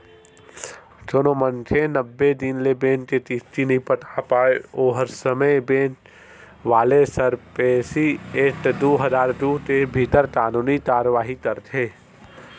कोनो मनखे नब्बे दिन ले बेंक के किस्ती नइ पटा पाय ओ समे बेंक वाले सरफेसी एक्ट दू हजार दू के भीतर कानूनी कारवाही करथे